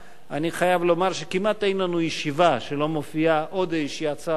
חייב לומר שכמעט אין לנו ישיבה שלא מופיעה עוד איזושהי הצעת חוק,